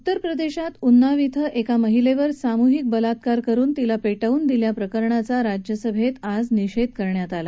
उत्तरप्रदेशमधे उन्नाव धिं एका महिलेवर सामूहिक बलात्कार करुन तिला पेटवून दिल्या प्रकरणाचा राज्यसभेत आज निषेध करण्यात आला